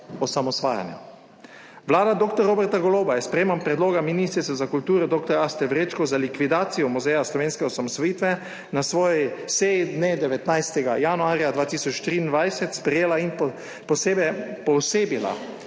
osamosvajanja. Vlada dr. Roberta Goloba je sprejemom predloga ministrice za kulturo dr. Aste Vrečko za likvidacijo Muzeja slovenske osamosvojitve na svoji seji dne 19. januarja 2023 sprejela in posebej